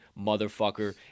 motherfucker